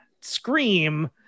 scream